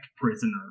prisoner